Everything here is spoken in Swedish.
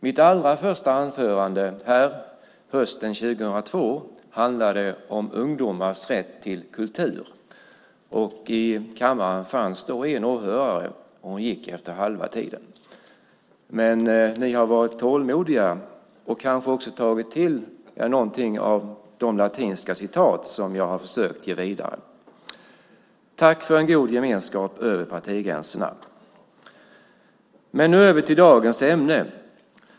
Mitt allra första anförande här hösten 2002 handlade om ungdomars rätt till kultur. I kammaren fanns då en åhörare. Hon gick efter halva tiden. Men ni har varit tålmodiga och kanske också tagit till er någonting av de latinska citat som jag har försökt ge vidare. Tack för en god gemenskap över partigränserna! Men nu över till dagens ämne.